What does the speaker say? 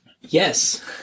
Yes